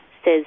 says